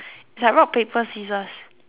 it's like rock paper scissors